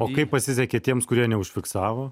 o kaip pasisekė tiems kurie neužfiksavo